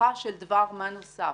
הוכחה של דבר מה נוסף.